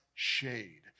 Shade